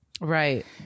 Right